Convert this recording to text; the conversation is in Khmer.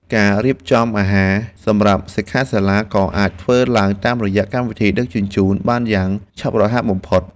ការរៀបចំអាហារសម្រាប់សិក្ខាសាលាក៏អាចធ្វើឡើងតាមរយៈកម្មវិធីដឹកជញ្ជូនបានយ៉ាងឆាប់រហ័សបំផុត។